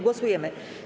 Głosujemy.